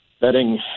betting